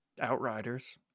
Outriders